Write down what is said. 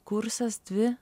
kursas dvi